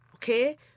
Okay